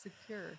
secure